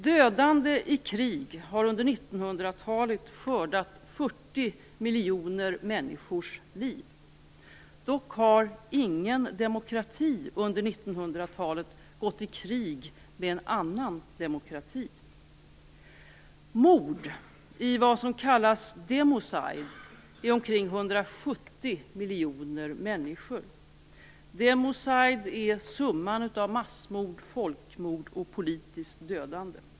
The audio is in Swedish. Dödande i krig har under 1900-talet skördat 40 miljoner människors liv. Dock har ingen demokrati under 1900-talet gått i krig med en annan demokrati. Mord i vad som kallas democide har drabbat omkring 170 miljoner människor. Democide är summan av massmord, folkmord och politiskt dödande.